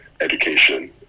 education